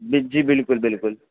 بجلی بالکل بالکل